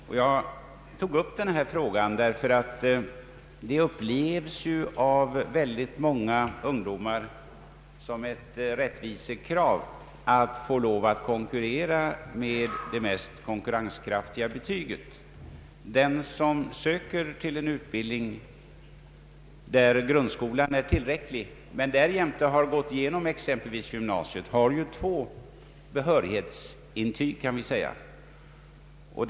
Jag har tagit upp denna fråga därför att det upplevs av många ungdomar som ett rättvisekrav att få lov att konkurrera med det mest konkurrenskraftiga betyget. Den som söker till en utbildning där grundskolan är tillräcklig men därjämte har gått igenom exempelvis gymnasiet har ju, kan vi säga, två behörighetsintyg.